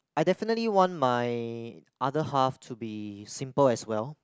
I definitely want my other half to be simple as well